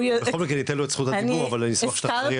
בכל מקרה ניתן לו את זכות הדיבור אבל אשמח שתחזרי על זה עוד הפעם.